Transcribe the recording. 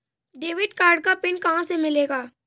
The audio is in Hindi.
डेबिट कार्ड का पिन कहां से मिलेगा?